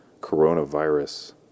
coronavirus